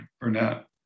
Burnett